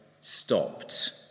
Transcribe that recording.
stopped